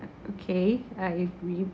okay I agree